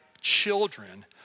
children